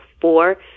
four